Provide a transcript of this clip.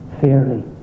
fairly